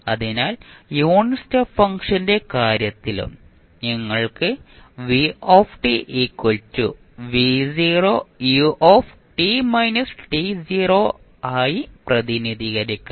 അതിനാൽ unit step ഫംഗ്ഷന്റെ കാര്യത്തിലും നിങ്ങൾക്ക് v ആയി പ്രതിനിധീകരിക്കാം